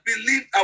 believed